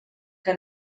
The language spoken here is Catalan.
que